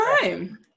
time